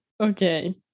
Okay